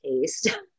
taste